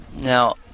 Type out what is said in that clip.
Now